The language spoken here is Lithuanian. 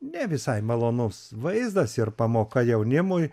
ne visai malonus vaizdas ir pamoka jaunimui